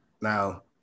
Now